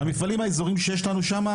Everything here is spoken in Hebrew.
המפעלים האזוריים שיש לנו שמה,